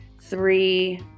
three